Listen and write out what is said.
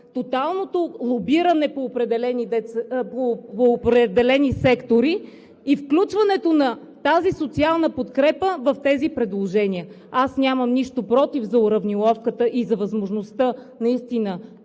тоталното лобиране по определени сектори и включването на тази социална подкрепа в тези предложения. Аз нямам нищо против за уравниловката и за възможността наистина